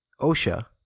Osha